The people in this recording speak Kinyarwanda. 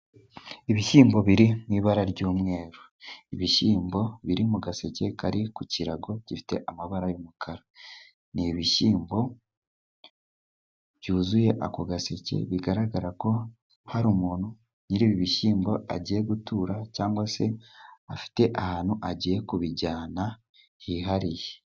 Ibishyimbo biri mu ibara ry'umweru, ibishyimbo biri mu gaseke kari ku kirago gifite amabara y'umukara, ni ibishyimbo byuzuye ako gaseke, bigaragara ko hari umuntu nyiri ibi ibishyimbo agiye gutura, cyangwa se afite ahantu agiye kubijyana hihariye.